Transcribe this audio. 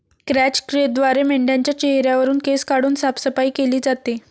क्रॅच क्रियेद्वारे मेंढाच्या चेहऱ्यावरुन केस काढून साफसफाई केली जाते